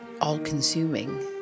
all-consuming